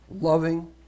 loving